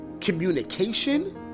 communication